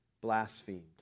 blasphemed